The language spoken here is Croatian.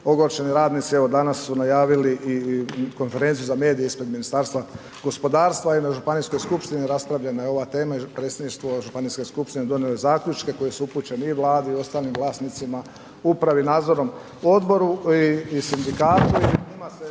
Ogorčeni radnici evo danas su najavili i konferenciju za medije ispred Ministarstva gospodarstva i na županijskoj skupštini raspravljena je ova tema i predsjedništvo županijske skupštine donijelo je zaključke koji su upućeni i Vladi i ostalim vlasnicima, upravi, nadzornom odboru i sindikatu